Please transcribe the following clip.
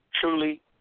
Truly